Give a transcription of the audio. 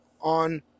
on